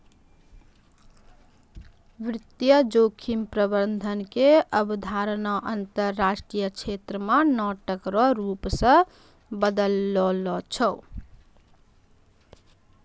वित्तीय जोखिम प्रबंधन के अवधारणा अंतरराष्ट्रीय क्षेत्र मे नाटक रो रूप से बदललो छै